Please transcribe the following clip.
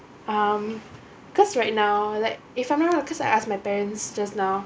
um cause right now like if I'm not wrong cause I ask my parents just now